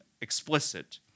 explicit